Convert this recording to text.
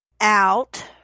out